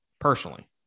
personally